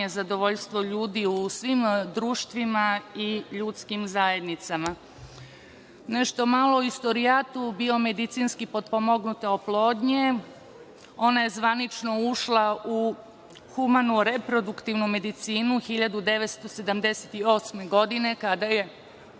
zadovoljstvo ljudi u svim društvima i ljudskim zajednicama. Nešto malo o istorijatu biomedicinski potpomognute oplodnje, ona je zvanično ušla u humanu reproduktivnu medicinu 1978. godine kada je